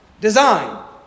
design